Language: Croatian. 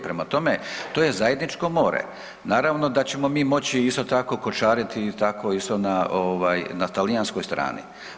Prema tome, to je zajedničko more, naravno da ćemo mi moći isto tako koćariti tako isto na ovaj na talijanskoj strani.